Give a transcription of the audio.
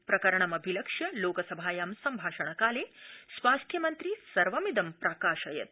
प्रकरणमभिलक्ष्य लोकसभायां सम्भाषणकाले स्वास्थ्यमन्त्री सर्वमिदं प्राकाशयत्